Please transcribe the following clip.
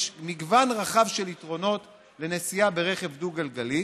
יש מגוון רחב של יתרונות לנסיעה ברכב דו-גלגלי,